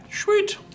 sweet